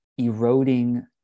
eroding